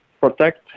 protect